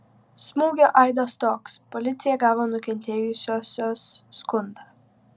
smūgio aidas toks policija gavo nukentėjusiosios skundą